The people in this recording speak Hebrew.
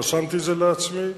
רשמתי את זה לעצמי.